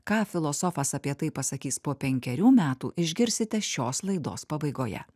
ką filosofas apie tai pasakys po penkerių metų išgirsite šios laidos pabaigoje